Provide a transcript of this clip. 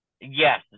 Yes